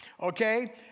okay